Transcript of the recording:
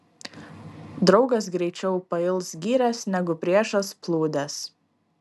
draugas greičiau pails gyręs negu priešas plūdes